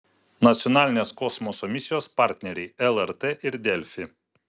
nacionalinės kosmoso misijos partneriai lrt ir delfi